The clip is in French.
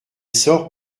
sort